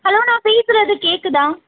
hello நான் பேசுகிறது கேட்குதா